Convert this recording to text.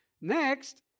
Next